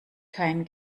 kein